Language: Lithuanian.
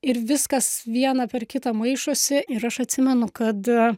ir viskas viena per kitą maišosi ir aš atsimenu kad